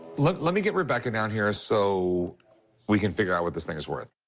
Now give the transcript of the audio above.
let let me get rebecca down here so we can figure out what this thing is worth.